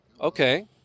Okay